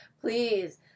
please